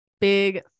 Big